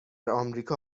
امریکا